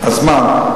הזמן,